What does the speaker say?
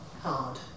hard